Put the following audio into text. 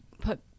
put